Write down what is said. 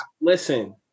Listen